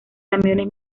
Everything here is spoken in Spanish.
camiones